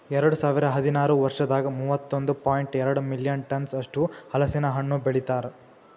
ಎರಡು ಸಾವಿರ ಹದಿನಾರು ವರ್ಷದಾಗ್ ಮೂವತ್ತೊಂದು ಪಾಯಿಂಟ್ ಎರಡ್ ಮಿಲಿಯನ್ ಟನ್ಸ್ ಅಷ್ಟು ಹಲಸಿನ ಹಣ್ಣು ಬೆಳಿತಾರ್